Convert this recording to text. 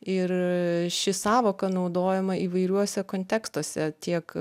ir ši sąvoka naudojama įvairiuose kontekstuose tiek